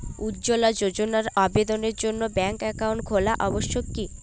উজ্জ্বলা যোজনার আবেদনের জন্য ব্যাঙ্কে অ্যাকাউন্ট খোলা আবশ্যক কি?